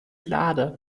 lader